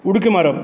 उडक्यो मारप